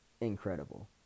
incredible